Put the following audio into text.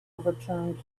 overturned